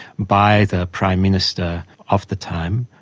by the prime minister of the time,